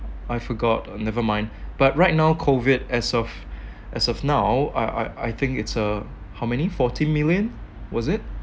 I forgot uh never mind but right now COVID as of as of now I I I think it's uh how many fourteen million was it